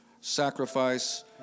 sacrifice